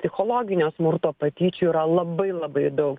psichologinio smurto patyčių yra labai labai daug